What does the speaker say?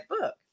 book